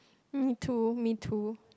me too me too